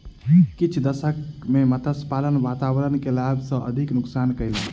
किछ दशक में मत्स्य पालन वातावरण के लाभ सॅ अधिक नुक्सान कयलक